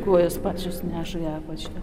kojos pačios neša į apačią